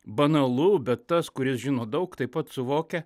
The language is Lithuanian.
banalu bet tas kuris žino daug taip pat suvokia